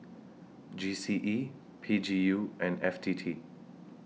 G C E P G U and F T T